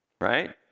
right